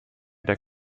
der